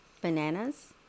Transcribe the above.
bananas